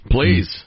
Please